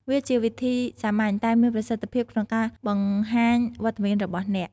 វាជាវិធីសាមញ្ញតែមានប្រសិទ្ធភាពក្នុងការបង្ហាញវត្តមានរបស់អ្នក។